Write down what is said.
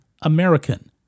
American